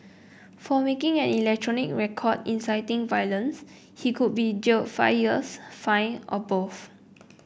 for making an electronic record inciting violence he could be jailed five years fined or both